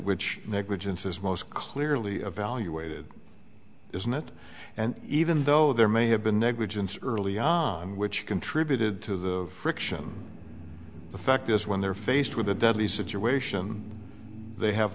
which negligence is most clearly evaluated isn't it and even though there may have been negligence early on which contributed to the friction the fact is when they're faced with a deadly situation they have